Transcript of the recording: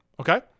okay